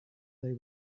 they